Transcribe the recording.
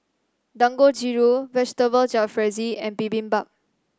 Dangojiru Vegetable Jalfrezi and Bibimbap